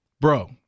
bro